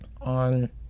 on